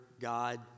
God